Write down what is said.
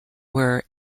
were